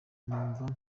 numvaga